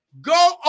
go